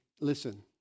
Listen